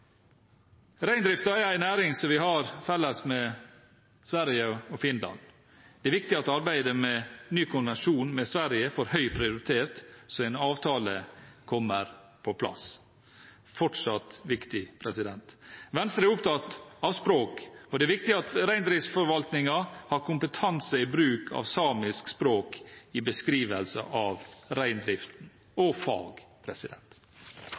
er en næring som vi har felles med Sverige og Finland. Det er viktig at arbeidet med ny konvensjon med Sverige får høy prioritet, sånn at en avtale kommer på plass. Venstre er opptatt av språk, og det er viktig at reindriftsforvaltningen har kompetanse i bruk av samisk språk i beskrivelse av reindrift og fag.